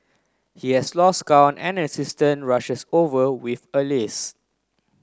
he has lost count and an assistant rushes over with a list